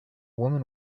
woman